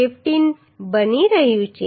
15 બની રહ્યું છે